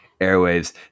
airwaves